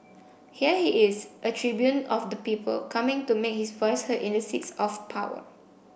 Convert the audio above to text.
here he is a tribune of the people coming to make his voice heard in the seats of power